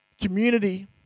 community